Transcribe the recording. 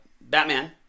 Batman